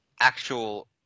actual